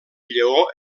lleó